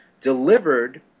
delivered